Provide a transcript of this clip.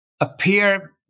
appear